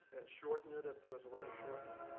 and shorten it if there was a way to shorten it.